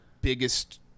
biggest